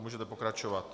Můžete pokračovat.